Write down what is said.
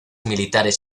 militares